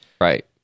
Right